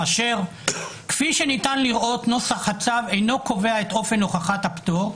שר "כפי שניתן לראות נוסח הצו אינו קובע את אופן הוכחת הפטור,